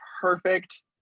perfect